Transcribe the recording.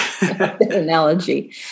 analogy